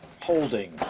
holding